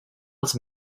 als